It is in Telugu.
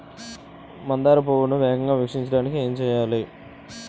మందార పువ్వును వేగంగా వికసించడానికి ఏం చేయాలి?